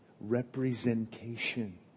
representation